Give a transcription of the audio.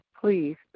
please